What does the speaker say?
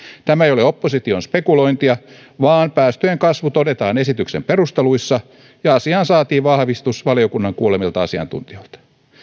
tämä ei ole opposition spekulointia vaan päästöjen kasvu todetaan esityksen perusteluissa ja asiaan saatiin vahvistus valiokunnan kuulemilta asiantuntijoilta